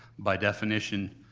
by definition,